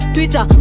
Twitter